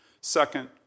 Second